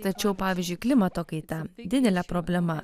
tačiau pavyzdžiui klimato kaita didelė problema